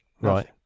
right